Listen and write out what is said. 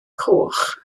coch